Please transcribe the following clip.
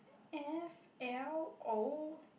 F L O